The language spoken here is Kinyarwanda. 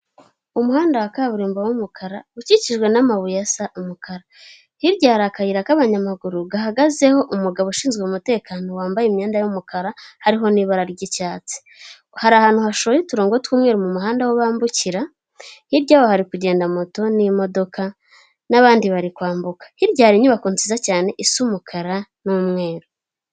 Umuhanda wa kaburimbo w'umukara ukikijwe n'amabuye asa umukara. Hirya hari akayira k'abanyamaguru gahagazeho umugabo ushinzwe umutekano wambaye imyenda y'umukara hariho n'ibara ry'icyatsi. Hari ahantu hashoye uturongo tw'umweru mu muhanda aho bambukira, hirya yaho hari kugenda moto n'imodoka n'abandi barikwambuka. Hirya hari inyubako nziza cyane isa umukara n'umweru.